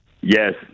Yes